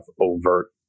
overt